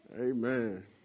Amen